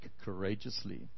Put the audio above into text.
courageously